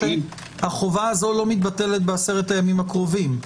החובה הזו לא מתבטלת בעשרת הימים הקרובים.